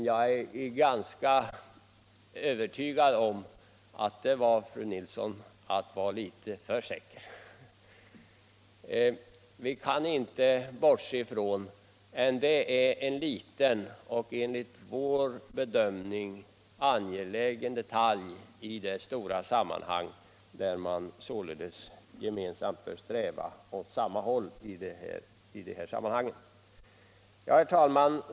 Jag är övertygad om, fru Nilsson, att det är att vara litet för säker när man påstår detta. Jämkningen av skadeståndet är en liten och enligt vår mening en angelägen detalj i ett större sammanhang, där man med alla åtgärder bör sträva åt samma håll. Trafikskadelag Herr talman!